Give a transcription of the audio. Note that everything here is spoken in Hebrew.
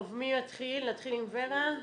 טוב, נתחיל עם ור"ה.